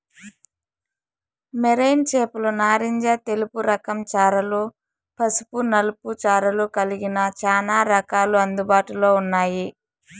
marine చేపలు నారింజ తెలుపు రకం చారలు, పసుపు నలుపు చారలు కలిగిన చానా రకాలు అందుబాటులో ఉన్నాయి